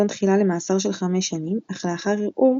תחילה למאסר של 5 שנים אך לאחר ערעור,